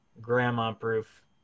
Grandma-proof